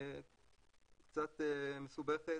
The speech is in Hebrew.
קצת מסובכת,